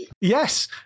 yes